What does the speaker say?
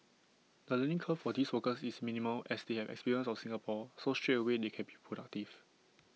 the learning curve for these workers is minimal as they have experience of Singapore so straight away they can be productive